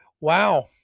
Wow